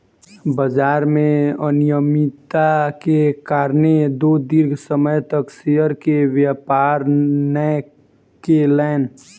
बजार में अनियमित्ता के कारणें ओ दीर्घ समय तक शेयर के व्यापार नै केलैन